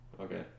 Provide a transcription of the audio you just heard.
Okay